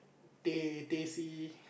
teh teh C